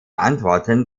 antworten